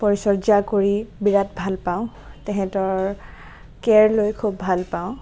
পৰিচৰ্যা কৰি বিৰাট ভাল পাওঁ সিহঁতৰ কেয়াৰ লৈ খুব ভাল পাওঁ